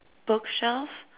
bookshelf